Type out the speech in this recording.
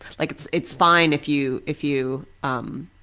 like its its fine if you, if you um,